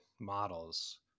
models